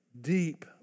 Deep